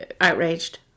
outraged